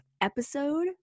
episode